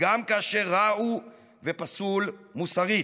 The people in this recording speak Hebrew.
גם כאשר רע הוא ופסול מוסרית.